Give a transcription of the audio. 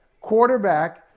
quarterback